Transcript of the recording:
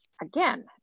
again